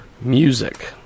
music